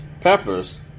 peppers